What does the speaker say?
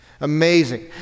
Amazing